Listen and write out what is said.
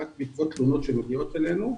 רק בעקבות תלונות שמגיעות אלינו.